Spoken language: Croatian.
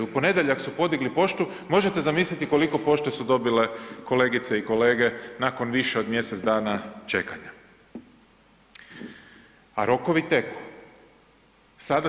U ponedjeljak su podigli poštu, možete zamisliti koliko pošte su dobile kolegice i kolege nakon više od mjesec dana čekanja, a rokovi teku.